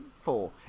Four